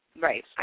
Right